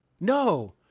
No